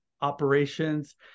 operations